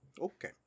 Okay